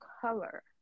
color